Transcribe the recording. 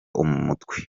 umutwe